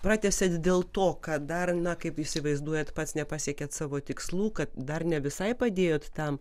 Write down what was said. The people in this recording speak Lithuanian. pratęsėt dėl to kad dar na kaip įsivaizduojat pats nepasiekėt savo tikslų kad dar ne visai padėjot tam